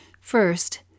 First